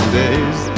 days